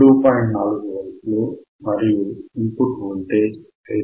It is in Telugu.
4 వోల్టులు మరియు ఇన్ పుట్ వోల్టేజ్ 5